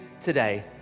today